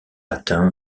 atteint